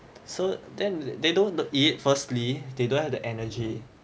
so then they don't eat firstly they don't have the energy